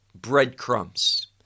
breadcrumbs